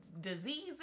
diseases